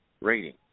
rating